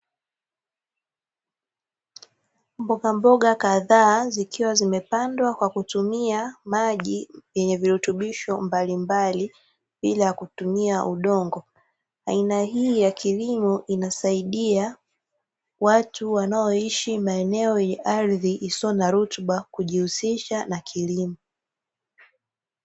Mbogamboga kadhaa zikiwa zimepandwa kwa kutumia maji yenye virutubisho mbalimbali, bila kutumia udongo. Aina hii ya kilimo inasaidia watu wanaoishi maeneo ya ardhi isiyo na rutuba, kujihusisha na kilimo.